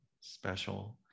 special